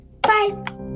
Bye